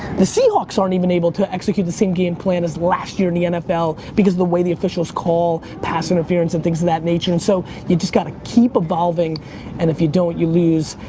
the seahawks aren't even able to execute the same game plan as last year in the nfl because of the way the officials call pass interference and things of that nature and so you just gotta keep evolving and if you don't, you lose.